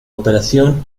operación